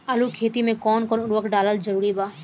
आलू के खेती मे कौन कौन उर्वरक डालल जरूरी बा?